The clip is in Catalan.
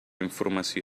informació